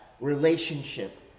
relationship